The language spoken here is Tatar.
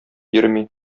йөрми